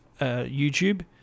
YouTube